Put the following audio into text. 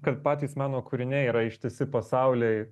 kad patys meno kūriniai yra ištisi pasauliai